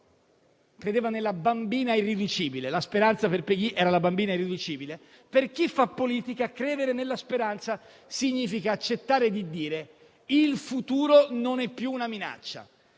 era la bambina irriducibile. Per chi fa politica credere nella speranza significa accettare di dire che il futuro non è più una minaccia.